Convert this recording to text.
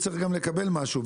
צריך גם לקבל משהו.